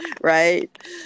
Right